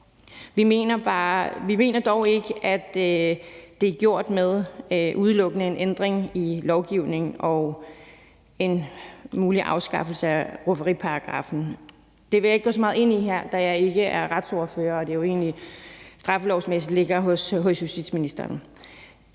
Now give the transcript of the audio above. Vi mener dog ikke, at det er gjort med udelukkende en ændring i lovgivningen og en mulig afskaffelse af rufferiparagraffen. Det vil jeg ikke gå så meget ind i her, da jeg ikke er retsordfører og det egentlig straffelovmæssigt ligger hos justitsministeren.